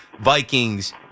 Vikings